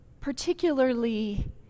particularly